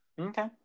Okay